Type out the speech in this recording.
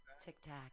Tic-tac